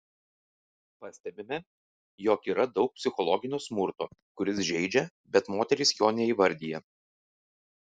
pastebime jog yra daug psichologinio smurto kuris žeidžia bet moterys jo neįvardija